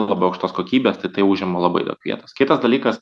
labai aukštos kokybės tai tai užima labai daug vietos kitas dalykas